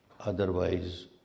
Otherwise